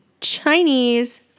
Chinese